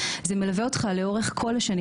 זה מלווה אותך כל השנים,